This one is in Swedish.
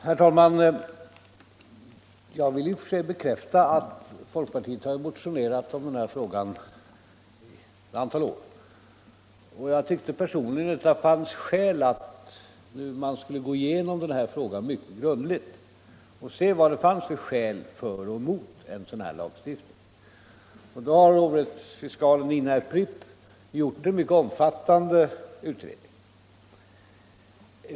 Herr talman! Jag vill i och för sig bekräfta att folkpartiet motionerat i denna fråga ett antal år. Jag tyckte personligen att det fanns skäl att gå igenom den mycket grundligt för att se vad som talade för och emot en lagstiftning på området. Hovrättsfiskalen Nina Pripp har gjort en mycket omfattande utredning.